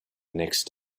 next